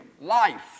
life